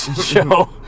show